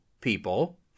people